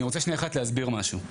אני רוצה להסביר משהו.